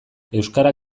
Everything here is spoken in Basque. euskara